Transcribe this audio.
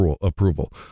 approval